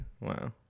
Wow